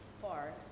far